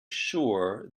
sure